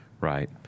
Right